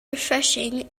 refreshing